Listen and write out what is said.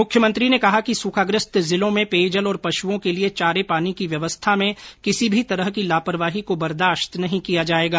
मुख्यमंत्री ने कहा कि सूखाग्रस्त जिलों में पेयजल और पशुओं के लिए चारे पानी की व्यवस्था में किसी भी तरह की लापरवाही को बर्दाश्त नहीं किया जाएगा